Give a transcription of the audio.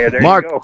Mark